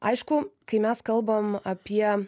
aišku kai mes kalbam apie